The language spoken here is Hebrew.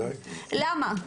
למה?